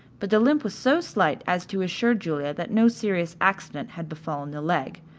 but the limp was so slight as to assure julia that no serious accident had befallen the leg,